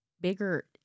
Bigger